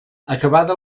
acabada